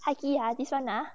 huggie ah this [one] ah